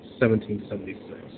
1776